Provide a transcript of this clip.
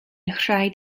rhaid